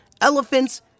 elephants